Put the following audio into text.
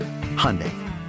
Hyundai